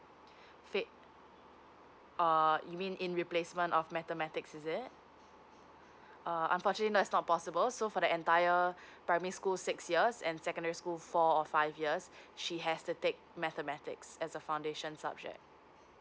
fate uh you mean in replacement of mathematics is it uh unfortunately it's not possible so for the entire uh primary school six years and secondary school four or five years she has to take mathematics as a foundation subject